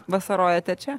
vasarojate čia